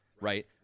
right